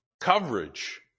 Coverage